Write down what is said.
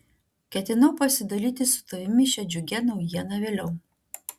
ketinau pasidalyti su tavimi šia džiugia naujiena vėliau